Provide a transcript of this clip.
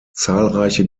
zahlreiche